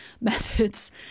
methods